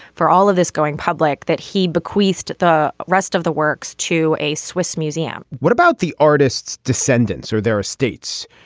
for all of this going public that he bequeathed the rest of the works to a swiss museum what about the artists descendants or their estates.